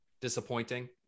disappointing